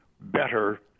better